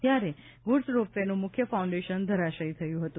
ત્યારે ગુડસ રોપવેનું મુખ્ય ફાઉન્ડેશન ધરાશયી થયુ હતું